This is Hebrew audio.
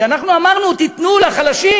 כשאנחנו אמרנו: תיתנו לחלשים,